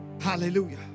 Hallelujah